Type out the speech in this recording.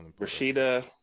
Rashida